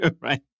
right